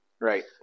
Right